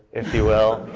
if you will,